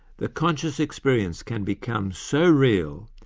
the conscious experience can become so real,